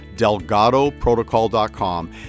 delgadoprotocol.com